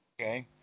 Okay